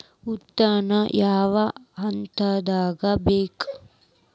ಉತ್ಪನ್ನ ಯಾವ ಹಂತದಾಗ ಮಾಡ್ಬೇಕ್?